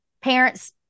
parents